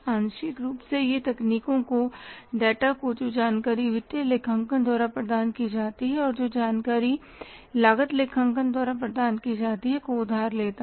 आंशिक रूप से यह तकनीकों को डाटा को जो जानकारी वित्तीय लेखांकन द्वारा प्रदान की जाती है और जो जानकारी लागत लेखांकन द्वारा प्रदान की जाती है को उधार लेता है